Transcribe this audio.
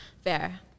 Fair